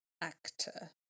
actor